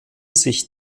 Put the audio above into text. sich